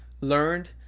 learned